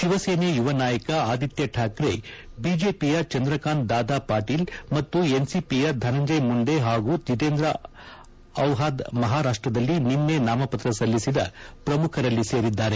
ಶಿವಸೇನೆ ಯುವ ನಾಯಕ ಆದಿತ್ಯ ಠಾಕ್ಸೆ ಬಿಜೆಪಿಯ ಚಂದ್ರಕಾಂತ್ ದಾದಾ ಪಾಟೀಲ್ ಮತ್ತು ಎನ್ಸಿಪಿಯ ಧನಂಜಯ ಮುಂಡೆ ಹಾಗೂ ಜಿತೇಂದ್ರ ಔಹಾದ್ ಮಹಾರಾಷ್ಟ್ದಲ್ಲಿ ನಿನ್ನೆ ನಾಮಪತ್ರ ಸಲ್ಲಿಸಿದ ಪ್ರಮುಖರಲ್ಲಿ ಸೇರಿದ್ದಾರೆ